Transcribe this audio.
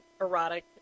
erotic